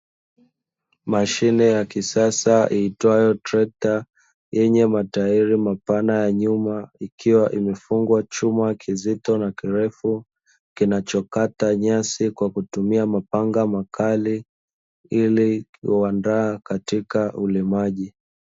Mashine ya kisasa iitwayo trekta yenye matairi mapana ya nyuma, ikiwa imefungwa chuma kizito na kirefu kinachokata nyasi kwa kutumia mapanga makali, ili kuandaa katika ulimaji.